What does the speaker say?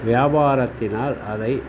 வியாபாரத்தினால் அதை